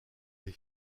des